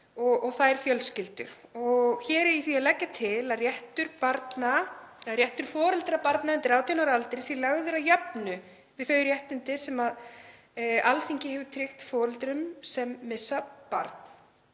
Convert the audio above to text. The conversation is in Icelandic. og þær fjölskyldur. Hér er því lagt til að réttur foreldra barna undir 18 ára aldri sé lagður að jöfnu við þau réttindi sem Alþingi hefur tryggt foreldrum sem missa barn.